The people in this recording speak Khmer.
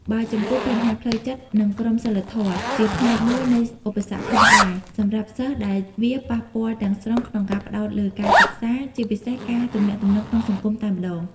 បើចំពោះ បញ្ហាផ្លូវចិត្ត និងក្រមសីលធម៌ ជាផ្នែកមួយនៃឧបសគ្គផងដែរសម្រាប់សិស្សដែលវាប៉ះពាល់ទាំងស្រុងក្នុងការផ្តោតលើការសិក្សា ជាពិសេសការទំនាក់ទំនងក្នុងសង្គមតែម្តង។